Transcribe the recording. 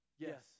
Yes